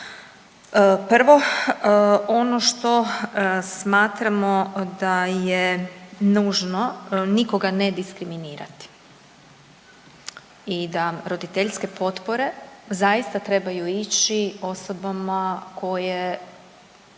Prvo ono što smatramo da je nužno nikoga ne diskriminirati i da roditeljske potpore zaista trebaju ići osobama koje